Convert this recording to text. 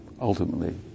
ultimately